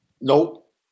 Nope